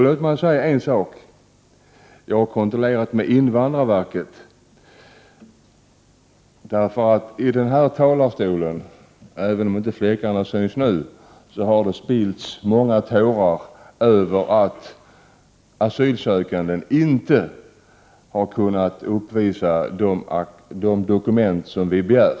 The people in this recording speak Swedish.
Låt mig säga en sak: I denna talarstol har det — även om fläckarna har torkat — spillts många tårar över att asylsökande inte har kunnat uppvisa de dokument som vi begär.